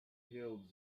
hailed